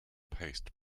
paste